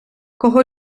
кого